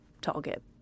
target